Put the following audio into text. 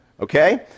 Okay